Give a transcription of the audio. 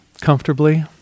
comfortably